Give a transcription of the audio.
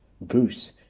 bruce